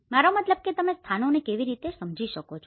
મારો મતલબ કે તમે સ્થાનોને કેવી રીતે સમજી શકો છો